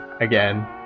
again